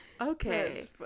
Okay